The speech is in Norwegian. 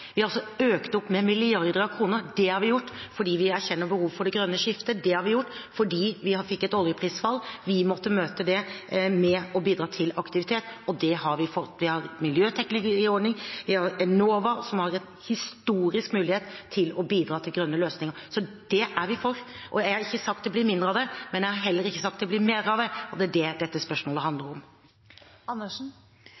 Vi har også økt dem med milliarder av kroner. Det har vi gjort fordi vi erkjenner behovet for det grønne skiftet, og fordi vi fikk et oljeprisfall. Vi måtte møte det med å bidra til aktivitet, og det har vi gjort. Vi har en miljøteknologiordning, vi har Enova, som har en historisk mulighet til å bidra til grønne løsninger. Så dette er vi for. Jeg har ikke sagt at det blir mindre av det, men jeg har heller ikke sagt at det blir mer av det. Det er det dette spørsmålet handler